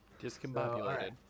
Discombobulated